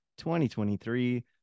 2023